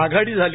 आघाडी झाली